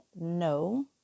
no